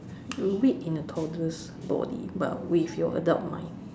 awake in a toddler's body but with your adult mind